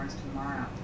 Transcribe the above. tomorrow